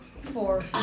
four